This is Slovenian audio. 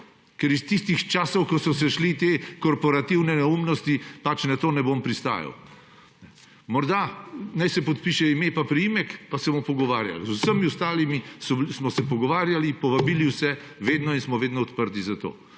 ker iz tistih časov, ko so se šli te korporativne neumnosti pač na to jaz ne bom pristajal. Morda naj se podpiše ime in priimek, pa se bomo pogovarjali. Z vsemi ostalimi smo se pogovarjali, povabili vse in smo vedno odprti za to.